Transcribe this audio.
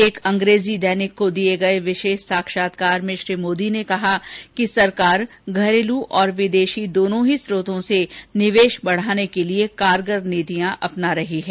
एक अंग्रेजी दैनिक को दिये विशेष साक्षात्कार में श्री मोदी ने कहा कि सरकार घरेलू और विदेशी दोनों ही स्रोतों से निवेश बढ़ाने के लिए कारगर नीतियां अपना रही है